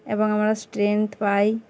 এবং আমরা স্ট্রেনথ পাই